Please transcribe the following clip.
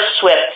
Swift